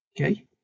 Okay